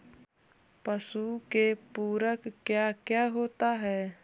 पशु के पुरक क्या क्या होता हो?